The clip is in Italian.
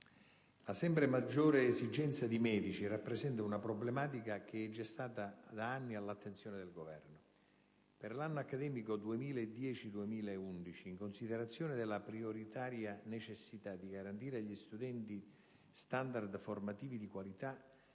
la sempre maggiore esigenza di medici rappresenta una problematica che è già da anni all'attenzione del Governo. Per l'anno accademico 2010-2011, in considerazione della prioritaria necessità di garantire agli studenti standard formativi di qualità,